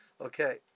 Okay